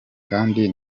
kandi